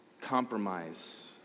compromise